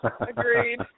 Agreed